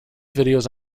videos